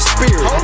Spirit